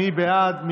מי בעד?